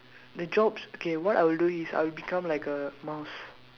the jobs okay what I'll do is I'll become like a mouse